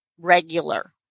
regular